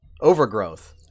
overgrowth